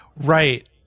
right